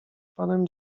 panem